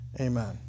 amen